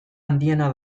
handiena